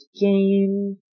game